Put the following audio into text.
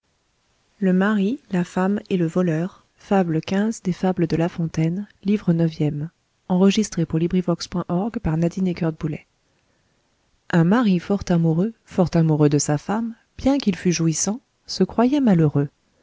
le mari la femme et le voleur un mari fort amoureux fort amoureux de sa femme bien qu'il fût jouissant se croyait malheureux